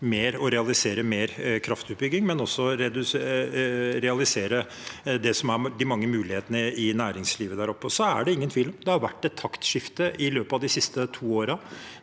og realisere mer kraftutbygging, og også realisere de mange mulighetene i næringslivet der oppe. Og så er det ingen tvil: Det har vært et taktskifte i løpet av de siste to årene